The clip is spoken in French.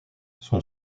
son